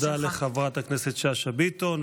תודה לחברת הכנסת שאשא ביטון.